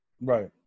Right